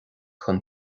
don